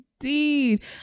indeed